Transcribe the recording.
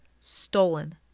Stolen